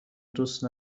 دوست